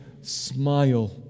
smile